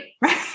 right